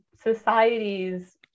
societies